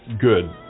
good